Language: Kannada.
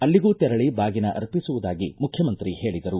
ಅಲ್ಲಿಗೂ ತೆರಳಿ ಬಾಗಿನ ಅರ್ಪಿಸುವುದಾಗಿ ಮುಖ್ಯಮಂತ್ರಿ ಹೇಳದರು